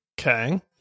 Okay